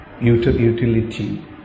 utility